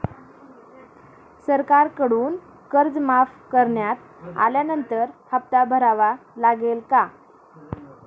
सरकारकडून कर्ज माफ करण्यात आल्यानंतर हप्ता भरावा लागेल का?